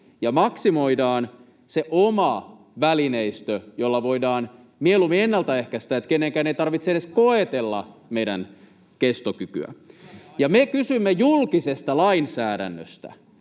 ja maksimoidaan se oma välineistö, jolla voidaan mieluummin ennalta ehkäistä, että kenenkään ei tarvitse edes koetella meidän kestokykyä. Me kysymme julkisesta lainsäädännöstä.